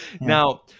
now